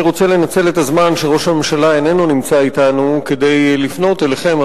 אני רוצה לנצל את הזמן שראש הממשלה איננו נמצא אתנו כדי לפנות אליכם,